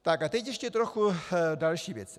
A teď ještě trochu další věci.